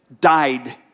died